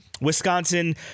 Wisconsin